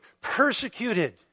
persecuted